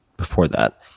before that.